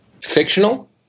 Fictional